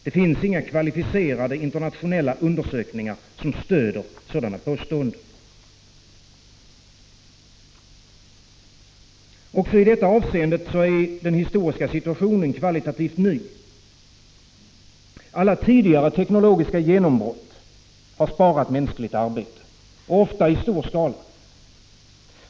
Det finns inga kvalificerade internationella undersökningar som stöder sådana påståenden. Också i detta avseende är den historiska situationen kvalitativt ny. Alla tidigare teknologiska genombrott har sparat mänskligt arbete, ofta i stor 63 Prot. 1985/86:53 skala.